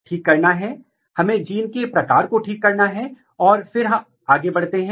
दूसरा है protein DNA interaction अथवा RNA इंटरेक्शन